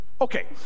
Okay